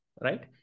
right